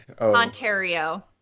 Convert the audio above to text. Ontario